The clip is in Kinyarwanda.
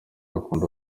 akunda